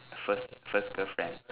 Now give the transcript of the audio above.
first first girlfriend